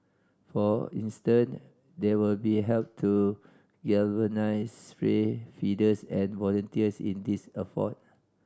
for instant they will be help to galvanise stray feeders and volunteers in these effort